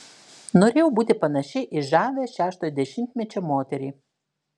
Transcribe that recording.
norėjau būti panaši į žavią šeštojo dešimtmečio moterį